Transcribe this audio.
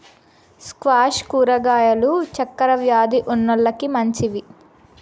squash కూరగాయలు చక్కర వ్యాది ఉన్నోలకి మంచివి